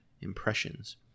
impressions